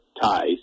ties